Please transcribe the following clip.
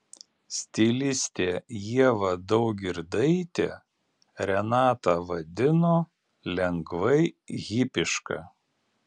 stilistė ieva daugirdaitė renatą vadino lengvai hipiška